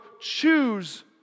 choose